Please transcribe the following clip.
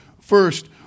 First